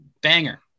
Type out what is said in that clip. Banger